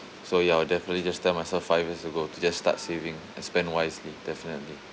so ya I'll definitely just tell myself five years ago to just start saving and spend wisely definitely